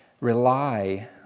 rely